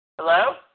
Hello